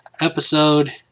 episode